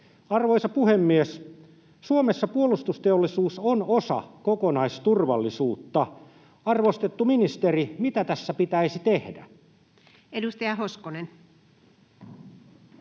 Arvoisa puhemies! Suomessa puolustusteollisuus on osa kokonaisturvallisuutta. Arvostettu ministeri, mitä tässä pitäisi tehdä? Edustaja Hoskonen.